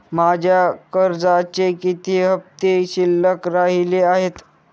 माझ्या कर्जाचे किती हफ्ते शिल्लक राहिले आहेत?